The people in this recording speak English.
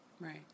Right